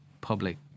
public